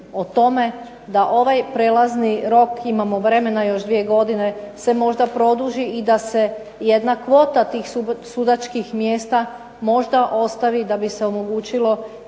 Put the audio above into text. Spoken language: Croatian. o tome da ovaj prelazni rok, imamo vremena još 2 godine, se možda produži i da se jedna kvota tih sudačkih mjesta možda ostavi da bi se omogućilo